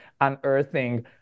unearthing